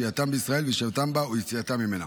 שהייתם בישראל וישיבתם בה או יציאתם ממנה,